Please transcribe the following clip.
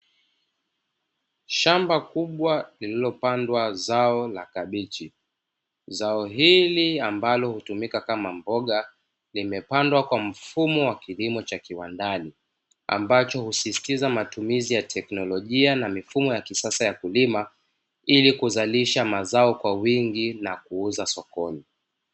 Shamba kubwa lililopandwa zao la kabichi, zao hili ambalo hutumika kama mboga limepandwa kwa mfumo wa kilimo cha kiwandani, ambacho husisitiza matumizi ya teknolojia na mifumo ya kisasa ya kulima ili kuzalisha mazao kwa wingi na kuuza sokoni.